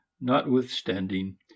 Notwithstanding